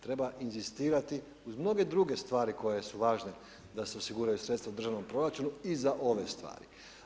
Treba inzistirati uz mnoge druge stvari koje su važne da se osiguraju sredstva u državnom proračunu i za ove stvari.